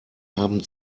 haben